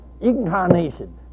Incarnation